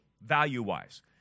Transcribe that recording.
value-wise